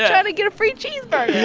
and get a free cheeseburger